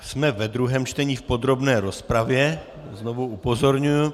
Jsme ve druhém čtení v podrobné rozpravě, znovu upozorňuji.